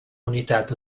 unitat